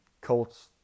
Colts